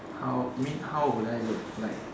how you mean how would I look like